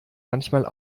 manchmal